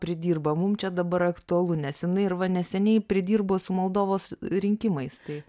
pridirba mum čia dabar aktualu nes jinai ir va neseniai pridirbo su moldovos rinkimais tai